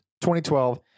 2012